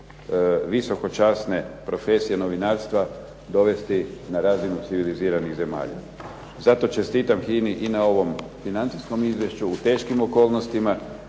visokočasne profesije novinarstva dovesti na razinu civiliziranih zemalja. Zato čestitam HINA-i i na ovom financijskom izvješću u teškim okolnostima